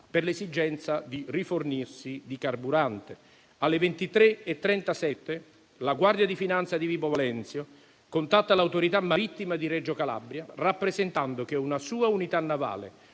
per l'esigenza di rifornirsi di carburante. Alle 23,37, la Guardia di finanza di Vibo Valentia contatta l'autorità marittima di Reggio Calabria, rappresentando che una sua unità navale